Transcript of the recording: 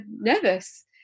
nervous